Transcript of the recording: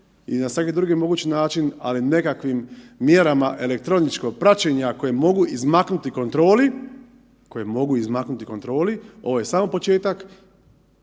i na svaki drugi mogući način, ali nekakvim mjerama elektroničkog praćenja koje mogu izmaknuti kontroli, koje mogu izmaknuti kontroli, ovo je samo početak,